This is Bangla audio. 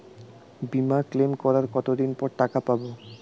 বিমা ক্লেম করার কতদিন পর টাকা পাব?